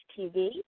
TV